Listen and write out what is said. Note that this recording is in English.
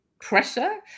pressure